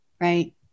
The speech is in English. Right